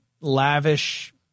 lavish